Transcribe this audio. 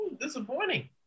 disappointing